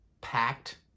packed